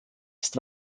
ist